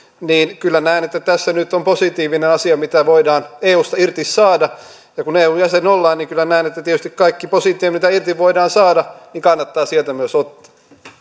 niin kyllä näen että tässä nyt on positiivinen asia mitä voidaan eusta irti saada ja kun eun jäsen olemme niin kyllä näen että tietysti kaikki positiivinen mitä irti voidaan saada kannattaa sieltä myös ottaa